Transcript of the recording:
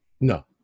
No